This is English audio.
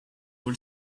will